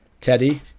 Teddy